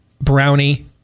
Brownie